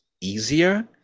easier